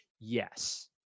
yes